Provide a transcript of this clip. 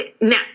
now